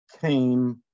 came